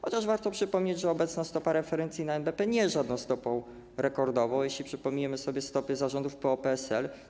Chociaż warto przypomnieć, że obecna stopa referencyjna NBP nie jest żadną stopą rekordową, jeśli przypomnimy sobie stopy za rządów PO-PSL.